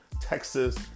Texas